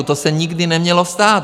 To se nikdy nemělo stát.